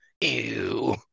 ew